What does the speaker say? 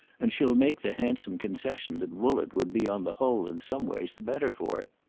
and she'll make the handsome concession that woollett would be on the whole in some ways the better for it.